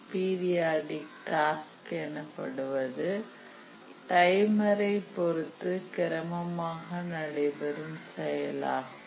periodic task எனப்படுவது டைமரை பொருத்து கிரமமாக நடைபெறும் செயலாகும்